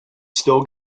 still